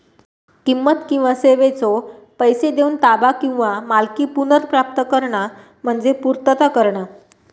किंमत किंवा सेवेचो पैसो देऊन ताबा किंवा मालकी पुनर्प्राप्त करणा म्हणजे पूर्तता करणा